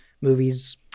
movies